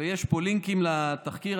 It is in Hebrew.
ויש פה לינקים לתחקיר.